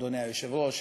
אדוני היושב-ראש,